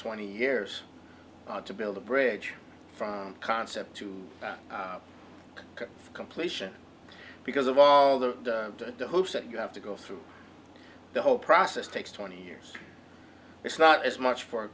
twenty years to build a bridge from concept to completion because of all the the hoops that you have to go through the whole process takes twenty years it's not as much for